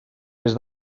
des